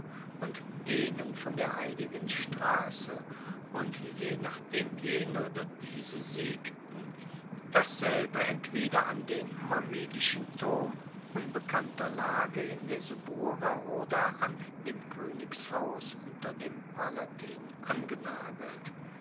und denen von der heiligen strasse und je nachdem jene oder diese siegten dasselbe entweder an den mamilischen turm unbekannter lage in der subura oder an dem koenigshaus unter dem palatin angenagelt